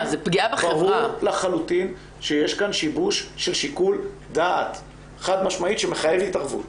ברור לחלוטין שיש כאן שיבוש של שיקול דעת חד-משמעי שמחייב התערבות.